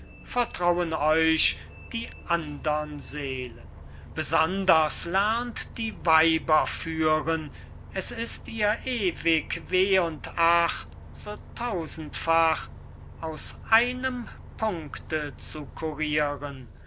vertrauen euch die andern seelen besonders lernt die weiber führen es ist ihr ewig weh und ach so tausendfach aus einem puncte zu curiren